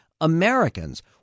Americans